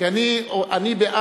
כי אני בעד,